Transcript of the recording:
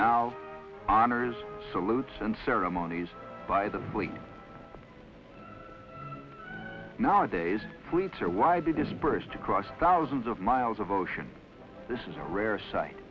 now honors salutes and ceremonies by the fleet nowadays police are widely dispersed across thousands of miles of ocean this is a rare si